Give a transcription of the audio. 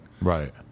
Right